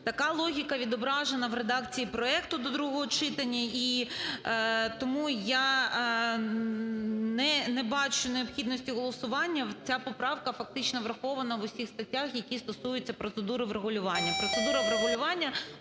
Така логіка відображена в редакції проекту до другого читання. І тому я не бачу необхідності в голосуванні. Ця поправка фактично врахована в усіх статтях, які стосуються процедури врегулювання.